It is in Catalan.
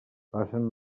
passen